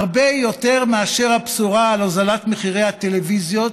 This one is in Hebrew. הרבה יותר מאשר הבשורה על הוזלת מחירי הטלוויזיות